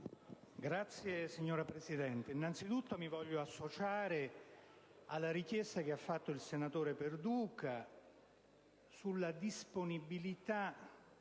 *(IdV)*. Signora Presidente, innanzitutto mi voglio associare alla richiesta avanzata dal senatore Perduca sulla disponibilità